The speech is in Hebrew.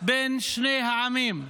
בין שני העמים.